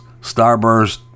Starburst